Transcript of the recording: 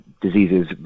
diseases